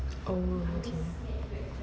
oh okay